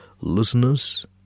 Listeners